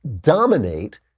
dominate